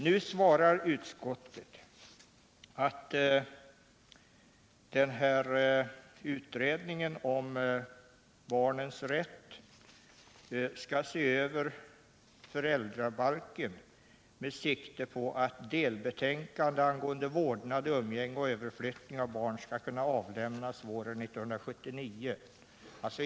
Nu svarar utskottet att utredningen om barnens rätt skall se över föräldrabalken med sikte på att delbetänkande angående vårdnad, umgänge och överflyttning av barn skall kunna avlämnas våren 1979.